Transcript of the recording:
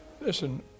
Listen